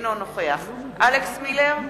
אינו נוכח אלכס מילר,